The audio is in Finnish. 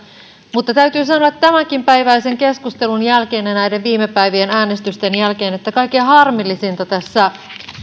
mutta täytyy sanoa että tämänpäiväisenkin keskustelun jälkeen ja näiden viime päivien äänestysten jälkeen kaikkein harmillisinta tässä